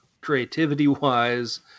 creativity-wise